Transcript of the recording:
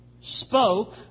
spoke